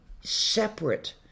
separate